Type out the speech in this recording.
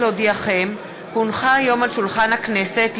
היום על שולחן הכנסת,